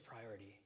priority